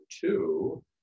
two